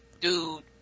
dude